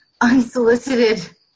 unsolicited